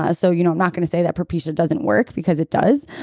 ah so you know i'm not going to say that propecia doesn't work because it does,